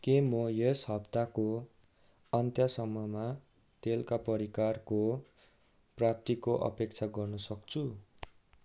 के म यस हप्ताको अन्त्यसम्ममा तेलका परिकारको प्राप्तिको अपेक्षा गर्न सक्छु